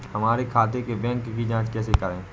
हमारे खाते के बैंक की जाँच कैसे करें?